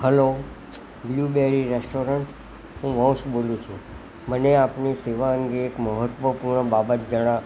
hello blueberry restaurant હું મોક્ષ બોલું છું મને આપની એવા અંગે એક મહત્વપૂર્ણ બાબત જણા